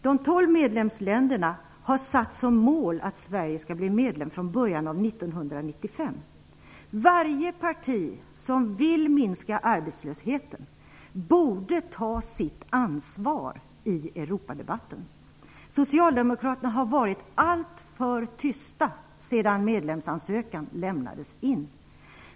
De tolv medlemsstaterna har satt som mål att Sverige skall bli medlem i början av år 1995. Varje parti som vill minska arbetslösheten borde ta sitt ansvar i Europadebatten. Socialdemokraterna har varit alltför tysta sedan medlemsansökan lämnades in.